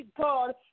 God